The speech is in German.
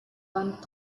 band